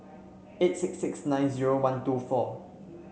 eight six six nine zero one two four